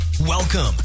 Welcome